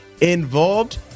involved